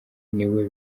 niwe